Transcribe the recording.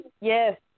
yes